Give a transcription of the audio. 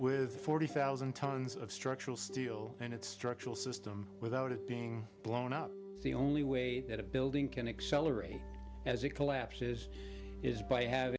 with forty thousand tons of structural steel and its structural system without it being blown up the only way that a building can accelerate as it collapses is by hav